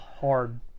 hard